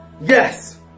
yes